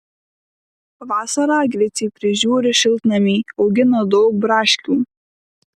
vasarą griciai prižiūri šiltnamį augina daug braškių